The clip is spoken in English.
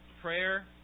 prayer